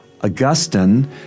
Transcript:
Augustine